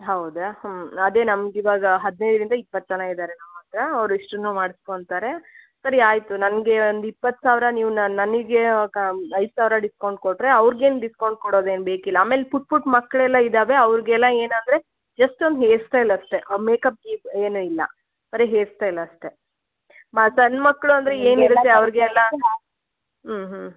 ಹೌದಾ ಅದೇ ನಮಗಿವಾಗ ಹದಿನೈದರಿಂದ ಇಪ್ಪತ್ತು ಜನ ಇದ್ದಾರೆ ನಮ್ಮ ಹತ್ರ ಅವ್ರಿಷ್ಟು ಮಾಡ್ಸ್ಕೊತಾರೆ ಸರಿ ಆಯಿತು ನನಗೆ ಒಂದು ಇಪ್ಪತ್ತು ಸಾವಿರ ನೀವು ನನಗೆ ಐದು ಸಾವಿರ ಡಿಸ್ಕೌಂಟ್ ಕೊಟ್ಟರೆ ಅವ್ರ್ಗೇನು ಡಿಸ್ಕೌಂಟ್ ಕೊಡೋದೇನು ಬೇಕಿಲ್ಲ ಆಮೇಲೆ ಪುಟ್ಟ ಪುಟ್ಟ ಮಕ್ಕಳೆಲ್ಲ ಇದ್ದಾವೆ ಅವ್ರಿಗೆಲ್ಲ ಏನಂದರೆ ಜಸ್ಟ್ ಒಂದು ಹೇರ್ಸ್ಟೈಲ್ ಅಷ್ಟೇ ಮೇಕಪ್ ಗಿಕ ಏನೂ ಇಲ್ಲ ಬರೀ ಹೇರ್ಸ್ಟೈಲ್ ಅಷ್ಟೇ ಸಣ್ಣ ಮಕ್ಕಳಂದ್ರೆ ಏನಿರುತ್ತೆ ಅವರಿಗೆಲ್ಲ ಹ್ಞೂ ಹ್ಞೂ